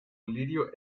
lirio